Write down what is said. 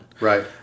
Right